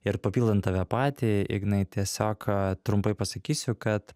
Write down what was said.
ir papildant tave patį ignai tiesiog trumpai pasakysiu kad